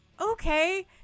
okay